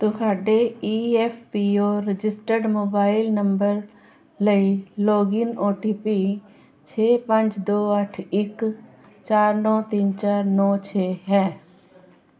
ਤੁਹਾਡੇ E F P O registered mobile number ਲਈ login O T P ਛੇ ਪੰਜ ਦੋ ਅੱਠ ਇੱਕ ਚਾਰ ਨੌਂ ਤਿੰਨ ਚਾਰ ਨੌਂ ਛੇ ਹੈ